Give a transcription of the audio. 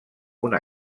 una